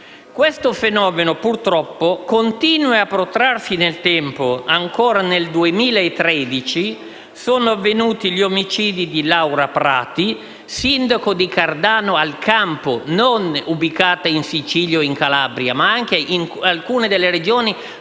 Questo fenomeno purtroppo continua a protrarsi nel tempo. Ancora nel 2013 sono avvenuti gli omicidi di Laura Prati, sindaco di Cardano al Campo (quindi non di un Comune ubicato in Sicilia o in Calabria, ma in alcune delle Regioni